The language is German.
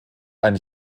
ein